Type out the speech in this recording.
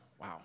wow